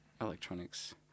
electronics